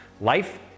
life